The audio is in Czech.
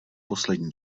poslední